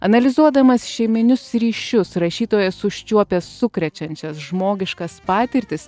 analizuodamas šeiminius ryšius rašytojas užčiuopė sukrečiančias žmogiškas patirtis